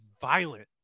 violent